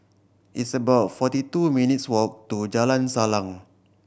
it's about forty two minutes' walk to Jalan Salang